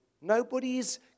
Nobody's